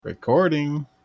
recording